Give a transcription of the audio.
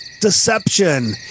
deception